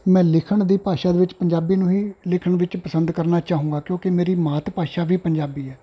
ਮੈਂ ਲਿਖਣ ਦੀ ਭਾਸ਼ਾ ਦੇ ਵਿੱਚ ਪੰਜਾਬੀ ਨੂੰ ਹੀ ਲਿਖਣ ਵਿੱਚ ਪਸੰਦ ਕਰਨਾ ਚਾਹੂੰਗਾ ਕਿਉਂਕਿ ਮੇਰੀ ਮਾਤ ਭਾਸ਼ਾ ਵੀ ਪੰਜਾਬੀ ਹੈ